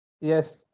yes